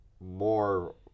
more